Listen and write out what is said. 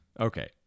okay